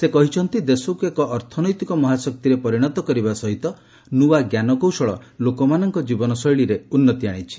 ସେ କହିଛନ୍ତି ଦେଶକ୍ର ଏକ ଅର୍ଥନୈତିକ ମହାଶକ୍ତିରେ ପରିଣତ କରିବା ସହିତ ନୂଆ ଜ୍ଞାନକୌଶଳ ଲୋକମାନଙ୍କର ଜୀବନଶୈଳୀରେ ଉନ୍ନତି ଆଣିଛି